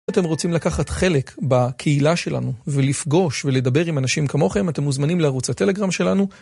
אם אתם רוצים לקחת חלק בקהילה שלנו ולפגוש ולדבר עם אנשים כמוכם אתם מוזמנים לערוץ הטלגרם שלנו